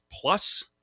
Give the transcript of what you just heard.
plus